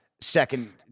second